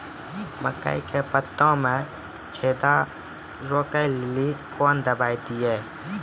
मकई के पता मे जे छेदा क्या रोक ले ली कौन दवाई दी?